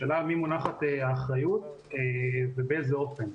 השאלה על מי מונחת האחריות ובאיזה אופן.